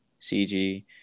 CG